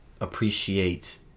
appreciate